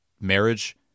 marriage